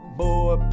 boy